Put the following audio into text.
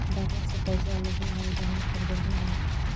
बैंकवा से पैसवा लेलहो है जमा कर देलहो हे?